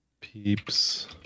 Peeps